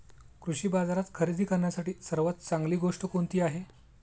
कृषी बाजारात खरेदी करण्यासाठी सर्वात चांगली गोष्ट कोणती आहे?